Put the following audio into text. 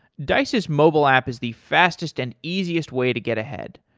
dice's mobile app is the fastest and easiest way to get ahead.